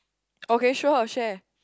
okay sure I'll share